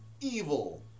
evil